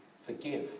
forgive